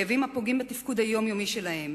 כאבים הפוגעים בתפקוד היומיומי שלהם.